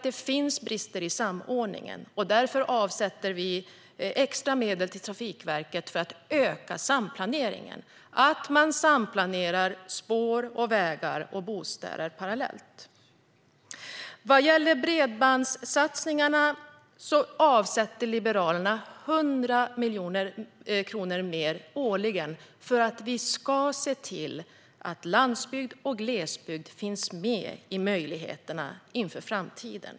Det finns brister i samordningen, och därför avsätter vi extra medel till Trafikverket för att öka samplaneringen. Det är viktigt att man samplanerar spår, vägar och bostäder parallellt. Vad gäller bredbandssatsningarna avsätter Liberalerna 100 miljoner kronor mer årligen för att se till att landsbygd och glesbygd finns med i möjligheterna inför framtiden.